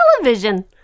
television